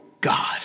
God